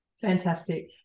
Fantastic